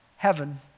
heaven